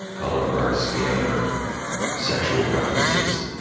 color of our skin, or sexual preferences,